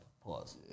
Pause